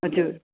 हजुर